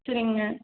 சரிங்க